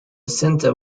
centre